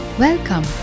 Welcome